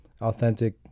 authentic